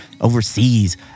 overseas